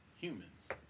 humans